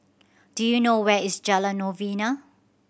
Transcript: do you know where is Jalan Novena